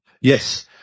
Yes